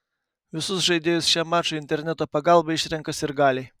visus žaidėjus šiam mačui interneto pagalba išrenka sirgaliai